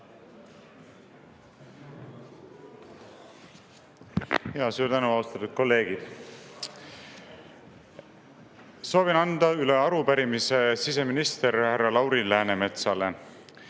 Suur tänu! Austatud kolleegid! Soovin anda üle arupärimise siseminister härra Lauri Läänemetsale.